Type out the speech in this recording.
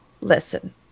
listen